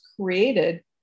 created